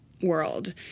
world